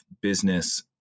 business